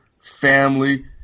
family